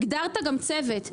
הגדרת גם צוות.